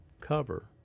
cover